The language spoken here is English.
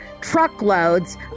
truckloads